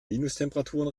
minustemperaturen